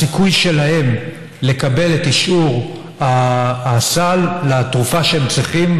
הסיכוי שלהם לקבל את אישור הסל לתרופה שהם צריכים,